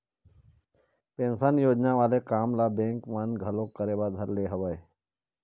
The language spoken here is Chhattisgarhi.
पेंशन योजना वाले काम ल बेंक मन घलोक करे बर धर ले हवय